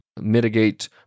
mitigate